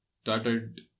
started